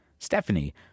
Stephanie